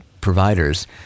providers